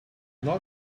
not